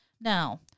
Now